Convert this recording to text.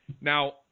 Now